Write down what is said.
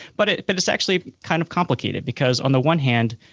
but ah but it's actually kind of complicated, because on the one hand,